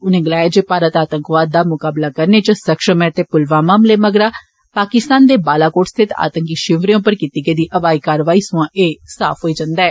उनें गलाया जे भारत आतंकवाद दा मुकाबला करने च सक्षम ऐ ते पुलवामा हमले मगरा पाकिस्तान दे बालाकोट स्थित आतंकी षिवरें उप्पर कीती गेई हवाई कारवाई सोयां एह् साफ बी होई जन्दा ऐ